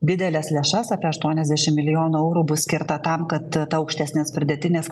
dideles lėšas apie aštuoniasdešimt milijonų eurų bus skirta tam kad ta aukštesnės pridėtinės